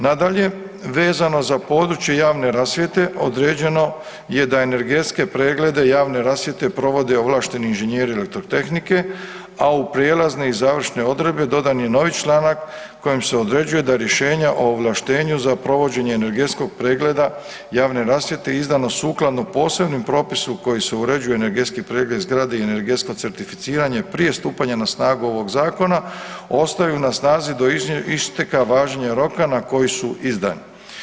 Nadalje, vezano za područje javne rasvjete određeno je da energetske preglede javne rasvjete provode ovlašteni inženjeri elektrotehnike, a u prijelazne i završne odredbe dodan je novi članak kojim se određuje da je rješenja o ovlaštenju za provođenje energetskog pregleda javne rasvjete izdano sukladno posebnom propisu kojim se uređuje energetski pregled zgrade i energetsko certificiranje prije stupanja na snagu ovog zakona ostaju na snazi do isteka važenja roka na koji su izdani.